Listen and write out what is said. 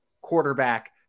quarterback